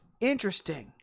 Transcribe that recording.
interesting